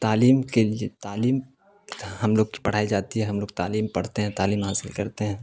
تعلیم کے لیے تعلیم ہم لوگ کی پڑھائی جاتی ہے ہم لوگ تعلیم پڑھتے ہیں تعلیم حاصل کرتے ہیں